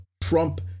trump